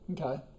Okay